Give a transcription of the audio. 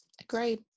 Agreed